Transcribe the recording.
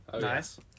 Nice